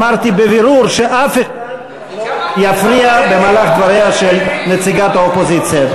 אמרתי בבירור שאף אחד לא יפריע במהלך דבריה של נציגת האופוזיציה.